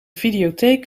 videotheek